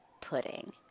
pudding